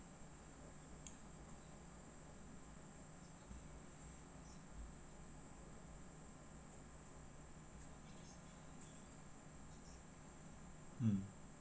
mm